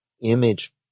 image